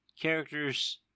characters